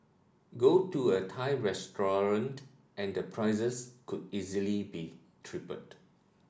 go to a Thai restaurant and prices could easily be tripled